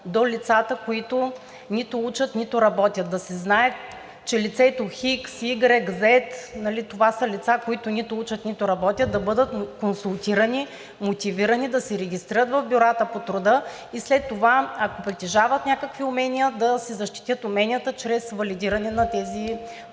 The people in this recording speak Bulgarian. до лицата, които нито учат, нито работят. Да се знае, че лицето х, y, z, нали това са лица, които нито учат, нито работят, да бъдат консултирани, мотивирани да се регистрират в бюрата по труда и след това, ако притежават някакви умения, да си защитят уменията чрез валидиране на тези